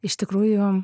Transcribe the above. iš tikrųjų